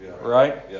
right